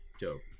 Dope